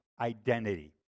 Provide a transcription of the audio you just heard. identity